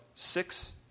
Six